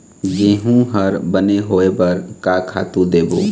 गेहूं हर बने होय बर का खातू देबो?